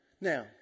Now